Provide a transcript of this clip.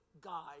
guy